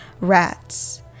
rats